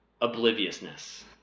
obliviousness